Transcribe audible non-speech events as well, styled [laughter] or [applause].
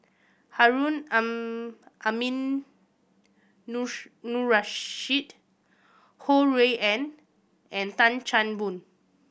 Harun [unintelligible] Ho Rui An and Tan Chan Boon